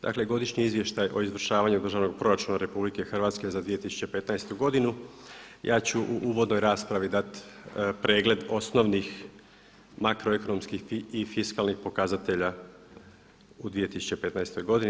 Dakle Godišnji izvještaj o izvršavanju Državnog proračuna RH za 2015. godinu, ja ću u uvodnoj raspravi dati pregled osnovnih makroekonomskih i fiskalnih pokazatelja u 2015. godini.